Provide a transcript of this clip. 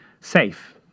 safe